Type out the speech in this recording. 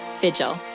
Vigil